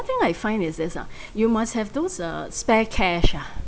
thing I find is this ah you must have those uh spare cash ah